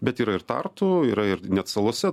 bet yra ir tartu yra ir net salose